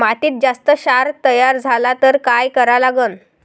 मातीत जास्त क्षार तयार झाला तर काय करा लागन?